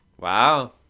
Wow